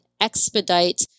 expedite